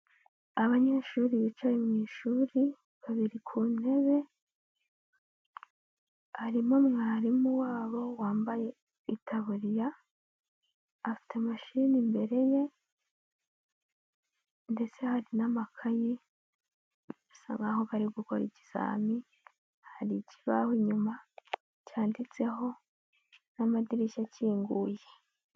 Abanyeshuri bicaye mu ishuri babiri ku ntebe, harimo mwarimu wabo wambaye itaburiya, afite mashini imbere ye ndetse hari n'amakayi bisa nk'aho bari gukora ikizami, hari ikibaho inyuma cyanditseho n'amadirishya akinguye.